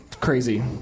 crazy